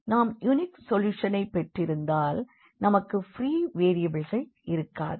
நாம் யூனிக் சொல்யூஷனை பெற்றிருந்தால் நமக்கு ப்ரீ வேரியபிள்கள் இருக்காது